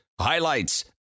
highlights